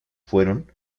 fueron